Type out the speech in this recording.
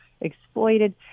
exploited